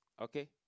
Okay